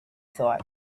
thought